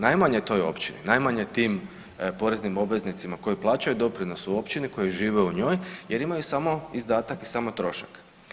Najmanje toj općini, najmanje tim poreznim obveznicima koji plaćaju doprinos u općini koji žive u njoj jer imaju samo izdatak i samo trošak.